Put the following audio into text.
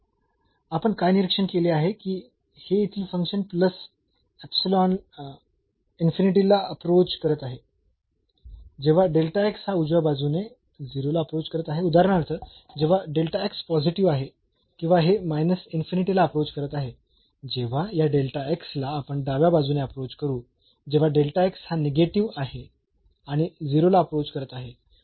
आता आपण काय निरीक्षण केले की हे येथील फंक्शन प्लस ला अप्रोच करत आहे जेव्हा हा उजव्या बाजूने 0 ला अप्रोच करत आहे उदाहरणार्थ जेव्हा पॉझिटिव्ह आहे किंवा हे ला अप्रोच करत आहे जेव्हा या ला आपण डाव्या बाजूने अप्रोच करू जेव्हा हा निगेटिव्ह आहे आणि 0 ला अप्रोच करत आहे